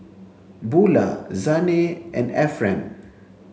Bulah Zhane and Efren